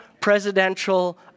presidential